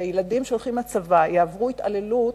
שילדים שהולכים לצבא יעברו התעללות.